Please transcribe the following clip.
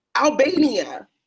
Albania